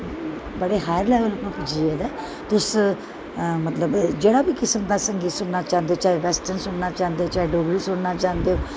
बड़े high level पर पुज्जी गेदे तुस जेह्ड़ा बी किस्म दा संगीत सुनन्ना चांह्दे ओ चाहे वैस्ट्र्न सुनन्ना चांह्दे चाहे डोगरी सुनन्ना चांह्दे ओ